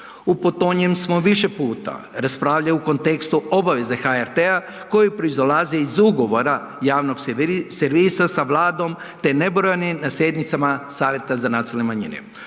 U potonjem smo više puta raspravljali u kontekstu obaveze HRT-a koji proizilaze iz Ugovora javnog servisa sa Vladom, te nebrojenim sjednicama Savjeta za nacionalne manjine.